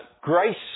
Grace